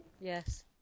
yes